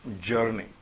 journey